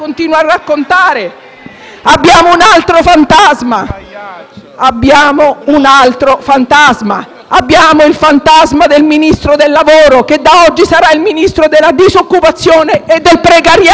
Abbiamo un altro fantasma, quello del Ministro del lavoro, che da oggi sarà il Ministro della disoccupazione e del precariato*.